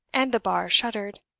and the bar shuddered.